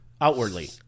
outwardly